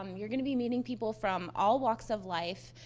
um you are going to be meeting people from all walks of life,